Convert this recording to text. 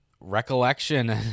recollection